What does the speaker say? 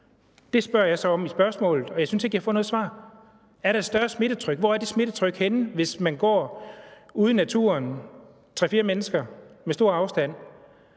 Det spørger jeg så om i spørgsmålet, og jeg synes ikke, jeg får noget svar. Er der et større smittetryk? Hvor er det smittetryk henne, hvis 3-4 mennesker går ude i naturen med stor afstand?